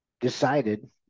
decided